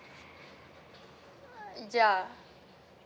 ya